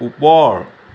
ওপৰ